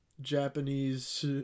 Japanese